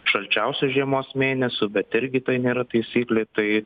šalčiausių žiemos mėnesių bet irgi tai nėra taisyklė tai